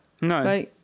No